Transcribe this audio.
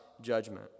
judgment